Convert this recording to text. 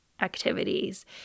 activities